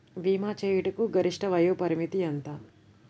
భీమా చేయుటకు గరిష్ట వయోపరిమితి ఎంత?